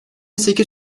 sekiz